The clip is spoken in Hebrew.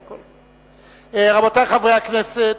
רבותי חברי הכנסת,